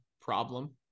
problem